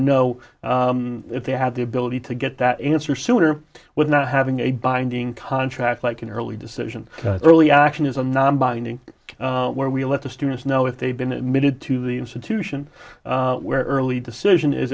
know if they have the ability to get that answer sooner with not having a binding contract like an early decision early action is a nonbinding where we let the students know if they've been admitted to the institution where early decision is